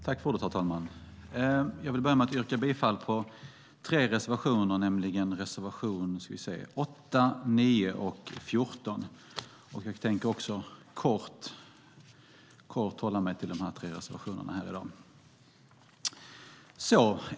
Herr talman! Jag yrkar bifall till tre reservationer, nämligen reservation 8, 9 och 14. Jag tänker kort hålla mig till dessa tre reservationer här i dag.